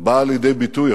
באה לידי ביטוי,